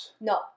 No